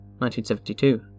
1972